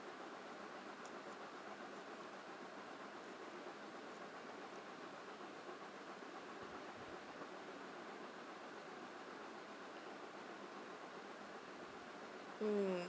mm